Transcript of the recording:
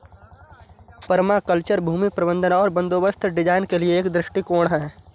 permaculture भूमि प्रबंधन और बंदोबस्त डिजाइन के लिए एक दृष्टिकोण है